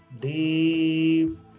deep